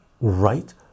right